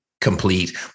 complete